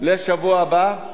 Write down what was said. יהיו בשבוע הבא,